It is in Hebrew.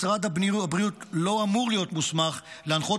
משרד הבריאות לא אמור להיות מוסמך להנחות